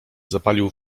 zapalił